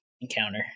encounter